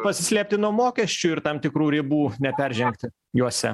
pasislėpti nuo mokesčių ir tam tikrų ribų neperžengti juose